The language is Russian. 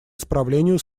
исправлению